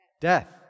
Death